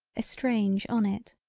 estrange on it.